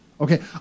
Okay